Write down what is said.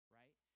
right